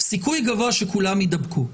סיכוי גבוה שכולם יידבקו.